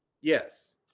Yes